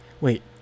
wait